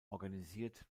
organisiert